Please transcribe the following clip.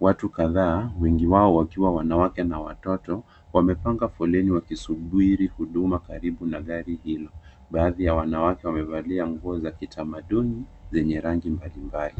Watu kadhaa, wengi wao wakiwa wanawake na watoto, wamepanga foleni wakisubiri huduma karibu na gari hilo. Baadhi ya wanawake wamevalia nguo za kitamaduni zenye rangi mbalimbali